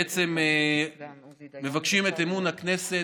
שבו אנחנו בעצם מבקשים את אמון הכנסת,